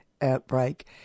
outbreak